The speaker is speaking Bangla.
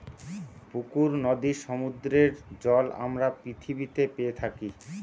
পুকুর, নদীর, সমুদ্রের জল আমরা পৃথিবীতে পেয়ে থাকি